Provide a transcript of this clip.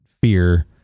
fear